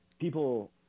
people